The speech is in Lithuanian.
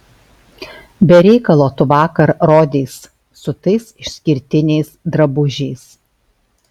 be reikalo tu vakar rodeis su tais išskirtiniais drabužiais